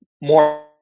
more